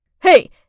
Hey